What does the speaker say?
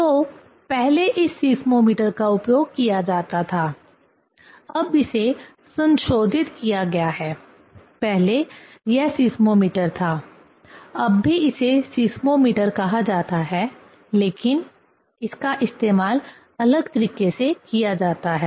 तो पहले इस सीस्मोमीटर का उपयोग किया जाता था और अब इसे संशोधित किया गया है पहले यह सीस्मोमीटर था अब भी इसे सीस्मोमीटर कहा जाता है लेकिन इसका इस्तेमाल अलग तरीके से किया जाता है